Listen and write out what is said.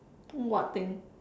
what thing